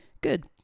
Good